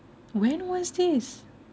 when was this